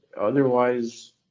Otherwise